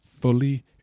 fully